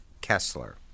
Kessler